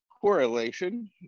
correlation